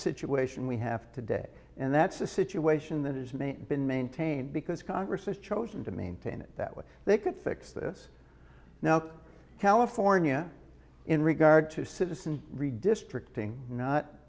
situation we have today and that's a situation that is main been maintained because congress has chosen to maintain it that way they could fix this now california in regard to citizen redistricting not